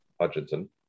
Hutchinson